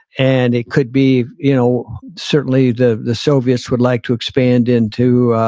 and it could be, you know certainly the the soviets would like to expand into,